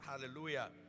Hallelujah